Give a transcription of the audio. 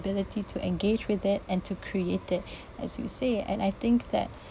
ability to engage with it and to create it as you say and I think that